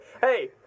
Hey